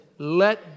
Let